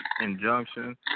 injunction